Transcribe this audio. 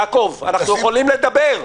יעקב, אנחנו יכולים לדבר.